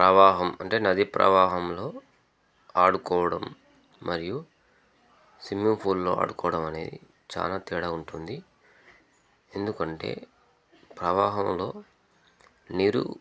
ప్రవాహం అంటే నదీ ప్రవాహంలో ఆడుకోవడం మరియు స్విమ్మింగ్ ఫూల్లో ఆడుకోవడం అనేది చాలా తేడా ఉంటుంది ఎందుకంటే ప్రవాహంలో నీరు